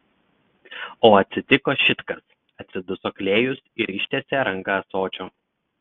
o atsitiko šit kas atsiduso klėjus ir ištiesė ranką ąsočio